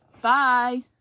Bye